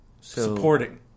supporting